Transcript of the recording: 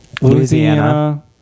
Louisiana